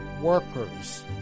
workers